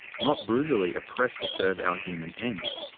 not brutally oppressed to serve our human ends.